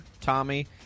Tommy